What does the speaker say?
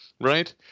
right